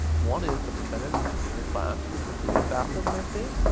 one is the percentage of the senior class who completed a fafsa within a state,